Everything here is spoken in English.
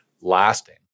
lasting